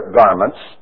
garments